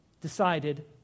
decided